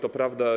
To prawda.